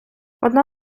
одна